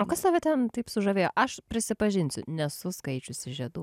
o kas tave ten taip sužavėjo aš prisipažinsiu nesu skaičiusi žiedų